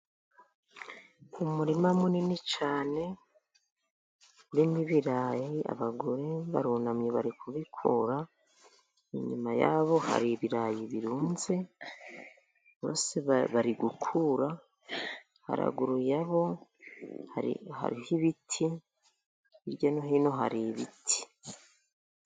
Umurima munini cyane urimo ibirayi. Abagore barunamye bari kubikura, inyuma yabo hari ibirayi birunze, bose bari gukura. Haraguru yabo hariho ibiti hirya no hino hari ibiti.